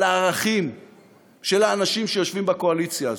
הערכים של האנשים שיושבים בקואליציה הזו?